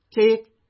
take